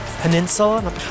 peninsula